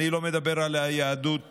אני לא מדבר על היהדות הציונית,